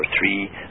three